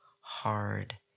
hard